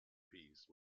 piece